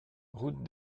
route